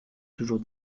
toujours